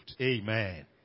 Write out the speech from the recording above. Amen